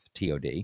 TOD